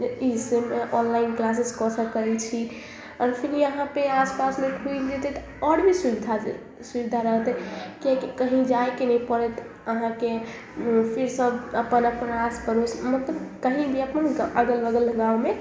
ई से online classes कऽ सकै छी आओर फिर यहाँ पे आसपासमे खुलि जेतै तऽ आओर भी सुबिधा सुबिधा रहतै किएकि कही जाइके नहि परत अहाँके फिर सब अपन अपन आस पड़ोस मतलब कही भी अपन अगल बगल गाँवमे